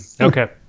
Okay